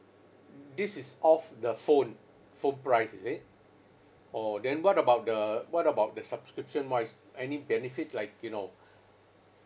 this is off the phone full price is it orh then what about the what about the subscription wise any benefit like you know